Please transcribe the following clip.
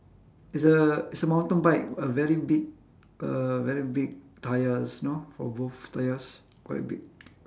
it's a it's a mountain bike a very big a very big tyres you know for both tyres quite big